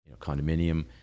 condominium